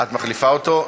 את מחליפה אותו?